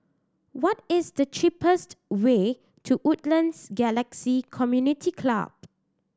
what is the cheapest way to Woodlands Galaxy Community Club